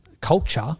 culture